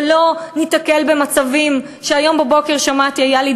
ולא ניתקל במצבים שהיום בבוקר שמעתי עליהם.